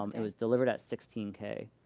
um it was delivered at sixteen k,